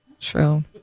True